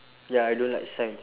ya I don't like science